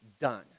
done